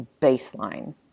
baseline